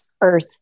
earth